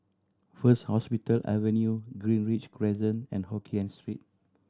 First Hospital Avenue Greenridge Crescent and Hokkien Street